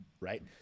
right